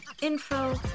info